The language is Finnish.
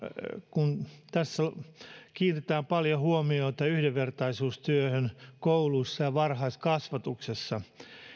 kun tässä kiinnitetään paljon huomioita yhdenvertaisuustyöhön kouluissa ja varhaiskasvatuksessa